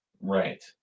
Right